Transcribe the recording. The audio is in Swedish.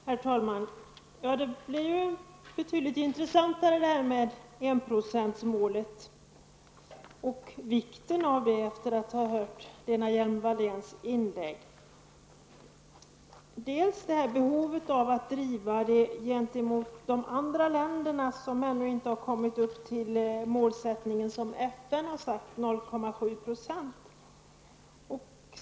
Herr talman! Efter att ha hört Lena Hjelm-Walléns inlägg blir det betydligt intressantare med enprocentsmålet och vikten av det. Dels har vi behovet att driva det gentemot andra länder, som ännu inte kommit upp till den målsättning FN satt på 0,7 %.